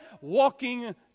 walking